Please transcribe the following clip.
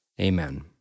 Amen